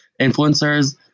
Influencers